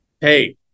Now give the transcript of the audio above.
Hey